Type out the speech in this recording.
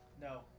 No